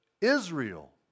Israel